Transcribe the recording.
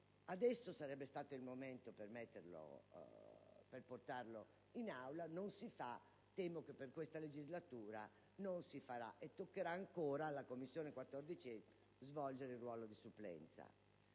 Adesso sarebbe stato il momento di portarlo in Aula: non si fa, e temo che per questa legislatura non si farà, e toccherà ancora alla 14ª Commissione svolgere il ruolo di supplenza.